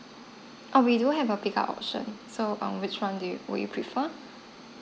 um we do have a pickup option so err which one do you would you prefer